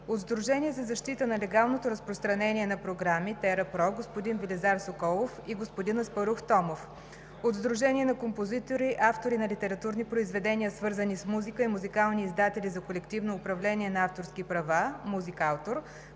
от „Сдружение за защита на легалното разпространение на програми“ („ТеРаПро“) – господин Велизар Соколов, и господин Аспарух Томов; от „Сдружение на композитори, автори на литературни произведения, свързани с музика и музикални издатели за колективно управление на авторски права“ („Музикаутор“)